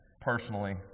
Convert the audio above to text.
personally